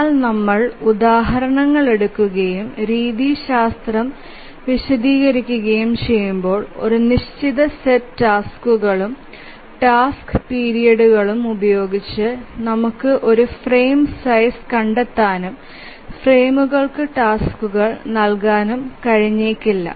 എന്നാൽ നമ്മൾ ഉദാഹരണങ്ങൾ എടുക്കുകയും രീതിശാസ്ത്രം വിശദീകരിക്കുകയും ചെയ്യുമ്പോൾ ഒരു നിശ്ചിത സെറ്റ് ടാസ്ക്കുകളും ടാസ്ക് പീരിയഡുകളും ഉപയോഗിച്ച് നമുക്ക് ഒരു ഫ്രെയിം സൈസ് കണ്ടെത്താനും ഫ്രെയിമുകൾക്ക് ടാസ്ക്കുകൾ നൽകാനും കഴിഞ്ഞേക്കില്ല